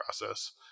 process